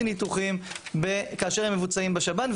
ניתוחים כאשר הם מבוצעים בשב"ן,